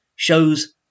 Shows